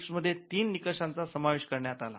trips मध्ये तीन निकषांचा समावेश करण्यात आला